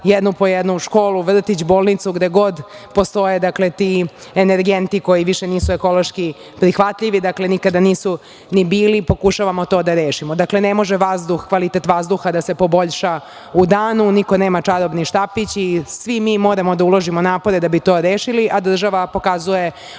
jednu po jednu školu, vrtić, bolnicu, gde god postoje ti energenti koji više nisu ekološki prihvatljivi. Dakle, nikada nisu ni bili, pokušavamo to da rešimo. Dakle, ne može kvalitet vazduha da se poboljša u danu, niko nema čarobni štapić i svi mi moramo da uložimo napore da bi to rešili, a država pokazuje odgovornost